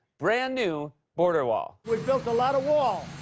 brand-new border wall. we've built a lot of wall.